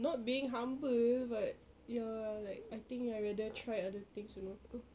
not being humble but ya like I think I rather try other things you know